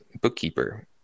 bookkeeper